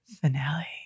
Finale